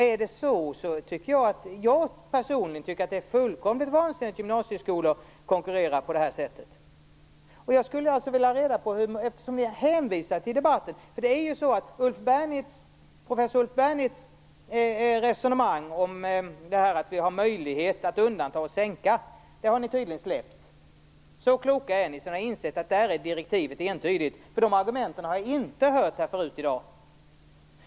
Är det så, tycker jag personligen att det är fullkomligt vansinnigt att gymnasieskolor konkurrerar på det här sättet. Jag skulle alltså vilja ha reda på detta eftersom ni hänvisar till det i debatten. Professor Ulf Bernitz resonemang om att vi har möjlighet att undanta och sänka har ni tydligen släppt. Så kloka är ni att ni har insett att direktivet där är entydigt, för de argumenten har jag inte hört här förut i dag.